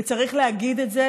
וצריך להגיד את זה,